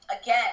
again